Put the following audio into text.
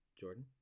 Jordan